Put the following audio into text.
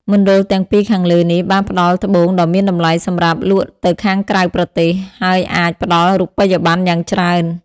មណ្ដលទាំងពីរខាងលើនេះ បានផ្ដល់ត្បូងដ៏មានតំលៃសម្រាប់លក់ទៅខាងក្រៅប្រទេស ហើយអាចផ្ដល់រូបិយប័ណ្ណយ៉ាងច្រើន។